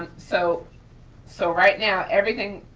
ah so so right now everything,